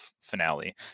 finale